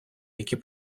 які